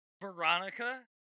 Veronica